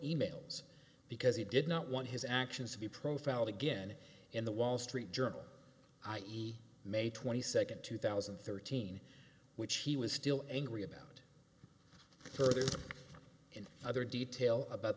e mails because he did not want his actions to be profound again in the wall street journal i e may twenty second two thousand and thirteen which he was still angry about thirty in other details about